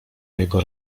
jego